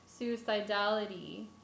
suicidality